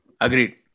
Agreed